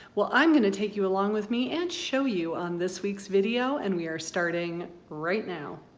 well, i'm gonna take you along with me and show you on this week's video, and we are starting right now.